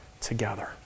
together